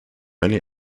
only